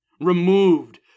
Removed